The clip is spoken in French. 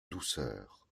douceur